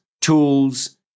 tools